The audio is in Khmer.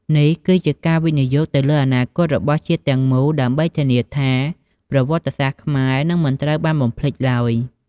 នេះគឺជាការវិនិយោគទៅលើអនាគតរបស់ជាតិទាំងមូលដើម្បីធានាថាប្រវត្តិសាស្ត្រខ្មែរនឹងមិនត្រូវបានបំភ្លេចឡើយ។